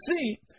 see